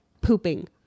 pooping